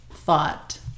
thought